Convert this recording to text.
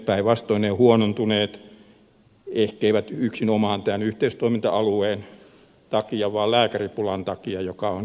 päinvastoin ne ovat huonontuneet ehkeivät yksinomaan tämän yhteistoiminta alueen takia vaan lääkäripulan takia joka on koko ajan huonontunut